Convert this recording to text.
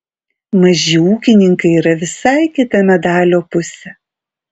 maži ūkininkai yra visai kita medalio pusė